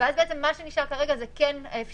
ואז בעצם מה שנשאר כרגע זה כן האפשרות,